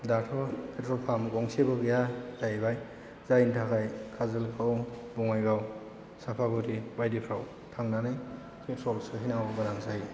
दाथ' petrol pump गंसेबो गैया जाहैबाय जायनि थाखाय काजलगाव बङाइगाव सापागुरि बायदिफोराव थांनानै पेट्र'ल सोहैनांगौ गोनां जायो